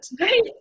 Right